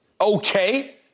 okay